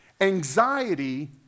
Anxiety